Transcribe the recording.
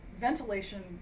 ventilation